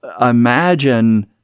Imagine